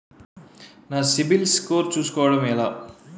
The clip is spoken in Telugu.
నా సిబిఐఎల్ స్కోర్ చుస్కోవడం ఎలా?